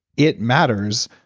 it matters,